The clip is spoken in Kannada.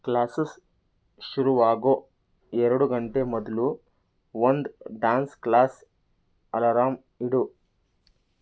ಕ್ಲಾಸಸ್ ಶುರುವಾಗೋ ಎರಡು ಗಂಟೆ ಮೊದಲು ಒಂದು ಡಾನ್ಸ್ ಕ್ಲಾಸ್ ಅಲಾರಾಮ್ ಇಡು